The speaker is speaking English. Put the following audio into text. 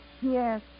Yes